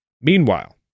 Meanwhile